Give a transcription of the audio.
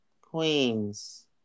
queens